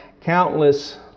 countless